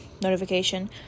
notification